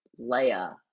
Leia